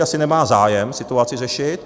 Asi nemá zájem situaci řešit.